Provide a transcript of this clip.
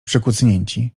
przykucnięci